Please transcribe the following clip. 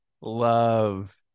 love